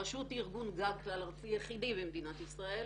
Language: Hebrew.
הרשות היא ארגון גג כלל ארצי יחידי במדינת ישראל.